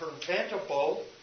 preventable